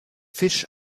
fisch